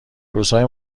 روزهای